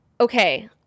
okay